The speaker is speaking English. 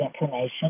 information